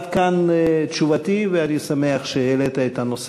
עד כאן תשובתי, ואני שמח שהעלית את הנושא.